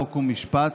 חוק ומשפט,